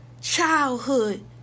childhood